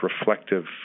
reflective